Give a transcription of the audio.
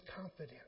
confidence